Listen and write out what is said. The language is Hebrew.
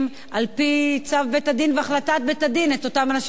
והחלטת בית-הדין את אותם אנשים שצריך לגרש לארץ מוצאם,